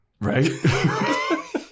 Right